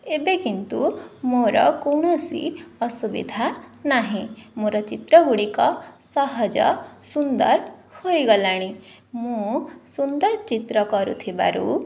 ଏବେ କିନ୍ତୁ ମୋର କୌଣସି ଅସୁବିଧା ନାହିଁ ମୋର ଚିତ୍ର ଗୁଡ଼ିକ ସହଜ ସୁନ୍ଦର ହୋଇଗଲାଣି ମୁଁ ସୁନ୍ଦର ଚିତ୍ର କରୁଥିବାରୁ